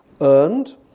earned